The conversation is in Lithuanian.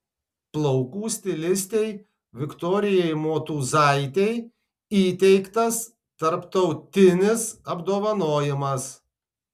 plaukų stilistei viktorijai motūzaitei įteiktas tarptautinis apdovanojimas